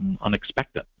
unexpected